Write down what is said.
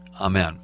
Amen